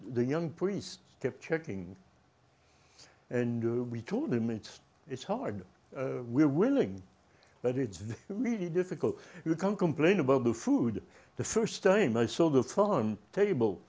the young priest kept checking and do we told him it's it's hard we're willing but it's really difficult you can complain about the food the first time i saw the fun table